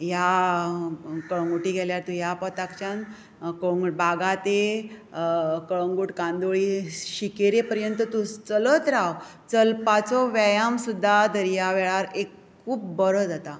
ह्या कळंगूटी गेल्यार ह्या पोताकच्यान कळंगूट बागा तें कळंगूट कांदोळी शिकेरी पर्यंत तूं चलत राव चलपाचो वेयाम सुद्दां दर्या वेळार एक खूब बरो जाता